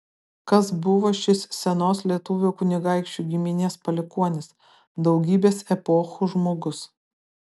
kas buvo šis senos lietuvių kunigaikščių giminės palikuonis daugybės epochų žmogus